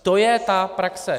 To je ta praxe.